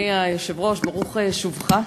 אדוני היושב-ראש, ברוך שובך.